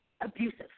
abusive